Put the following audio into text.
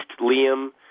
Liam